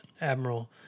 Admiral